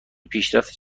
پیشرفت